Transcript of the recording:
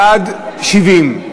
בעד, 70,